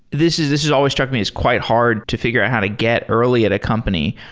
this has this has always struck me as quite hard to figure ah how to get early at a company.